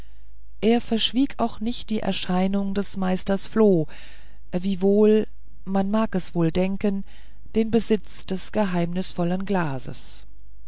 er verschwieg auch nicht die erscheinung des meisters floh wiewohl man mag es wohl denken den besitz des geheimnisvollen glases